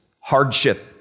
hardship